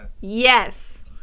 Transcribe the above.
Yes